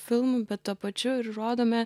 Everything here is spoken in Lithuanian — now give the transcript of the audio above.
filmų bet tuo pačiu ir rodome